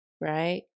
right